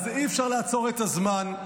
אז אי-אפשר לעצור את הזמן,